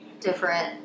different